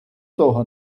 того